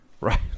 Right